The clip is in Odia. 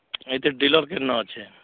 ଏଇ ଥିରେ ଡିଲର୍ କିନ ଅଛି